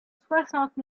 soixante